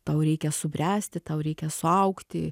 tau reikia subręsti tau reikia suaugti